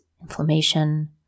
inflammation